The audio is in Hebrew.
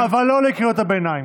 אבל לא לקריאות הביניים.